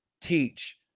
teach